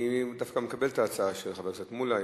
אני מקבל את ההצעה של חבר הכנסת מולה.